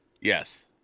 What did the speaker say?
Yes